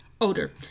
odor